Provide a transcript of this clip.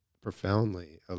profoundly